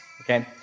Okay